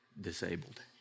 disabled